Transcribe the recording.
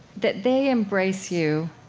that they embrace you,